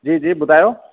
जी जी ॿुधायो